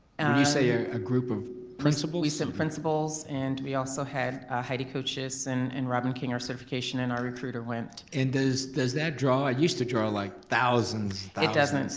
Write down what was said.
you say a group of principals? we sent principals and we also had heidi kuchiss and and robin king, our certification and our recruiter went. and does does that draw, it used to draw like thousands, thousands. it doesn't.